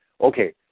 okay